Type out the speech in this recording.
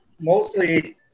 Mostly